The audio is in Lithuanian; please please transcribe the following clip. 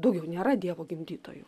daugiau nėra dievo gimdytojų